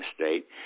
state